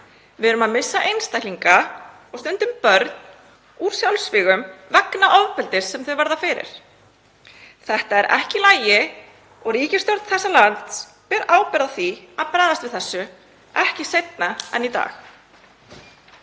Við erum að missa einstaklinga og stundum börn úr sjálfsvígum vegna ofbeldis sem þau verða fyrir. Þetta er ekki í lagi og ríkisstjórn þessa lands ber ábyrgð á því að bregðast við þessu ekki seinna en í dag.